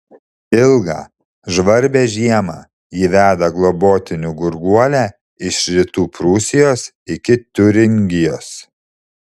ilgą žvarbią žiemą ji veda globotinių gurguolę iš rytų prūsijos iki tiuringijos